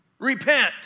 Repent